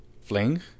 fling